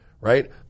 right